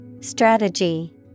Strategy